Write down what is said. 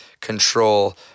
control